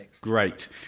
Great